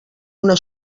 una